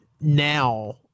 now